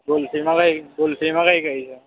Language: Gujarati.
કુલ્ફીમાં કઈ કુલ્ફીમાં કઈ કઈ છે